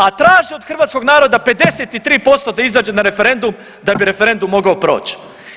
A traže od hrvatskog naroda 53% da izađe na referendum da bi referendum mogao proći.